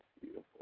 beautiful